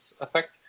effect